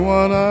one